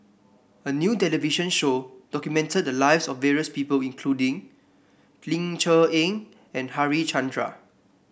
a new television show documented the lives of various people including Ling Cher Eng and Harichandra